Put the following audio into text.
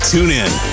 TuneIn